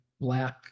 black